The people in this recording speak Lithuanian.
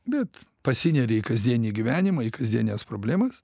bet pasineri į kasdienį gyvenimą į kasdienes problemas